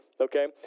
Okay